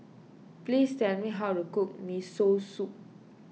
please tell me how to cook Miso Soup